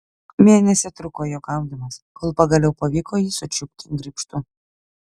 mėnesį truko jo gaudymas kol pagaliau pavyko jį sučiupti graibštu